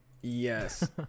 yes